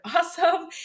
awesome